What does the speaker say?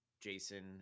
jason